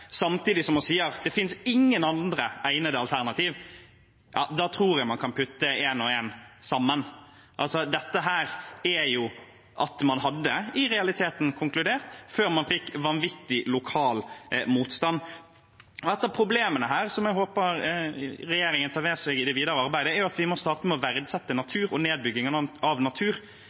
Samtidig sier hun: Det finnes ingen andre egnede alternativer. Da tror jeg man kan putte én og én sammen. Dette betyr jo at man i realiteten hadde konkludert før man fikk vanvittig lokal motstand. Et av problemene her, som jeg håper regjeringen tar med seg i det videre arbeidet, er at vi må starte med å verdsette natur og nedbygging av natur. Det blir ikke vurdert i de ulike alternativene når man ser på kostnadene. Der en del av